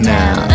now